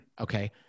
Okay